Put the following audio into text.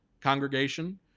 congregation